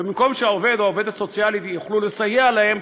ובמקום שהעובד או העובדת הסוציאלית יוכלו לסייע להם,